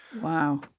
Wow